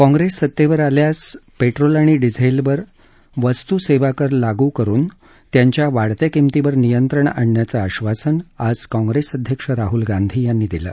काँग्रेस सत्तेवर आल्यास पेट्रोल आणि डिझेलवर वस्तू सेवाकर लागू करुन त्यांच्या वाढत्या किंमतींवर नियंत्रण आणण्याचं आश्वासन आज काँग्रेस अध्यक्ष राहूल गांधी यांनी दिलं